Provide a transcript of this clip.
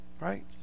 Right